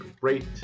great